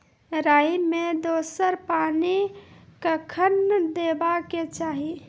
राई मे दोसर पानी कखेन देबा के चाहि?